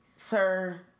Sir